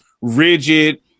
rigid